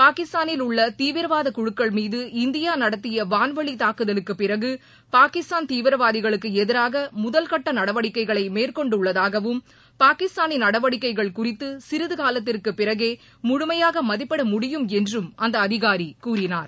பாகிஸ்தானில் உள்ள தீவிரவாத குழுக்கள் மீது இந்தியா நடத்திய வான்வெளி தாக்குதலுக்கு பிறகு பாகிஸ்தான் தீவிரவாதிகளுக்கு எதிராக பாகிஸ்தானின் நடவடிக்கைகளை குறித்து சிறிது காலத்திற்கு பிறகே முழுமையாக மதிப்பிட முடியும் என்றும் அந்த அதிகாரி கூறினார்